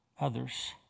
others